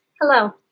Hello